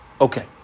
Okay